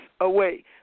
away